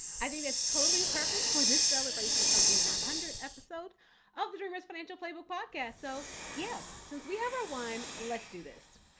i think that's totally perfect for this celebration of the one hundredth episode of the dreamers financial playbook podcast. so yeah, since we have our wine, let's do this.